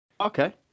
Okay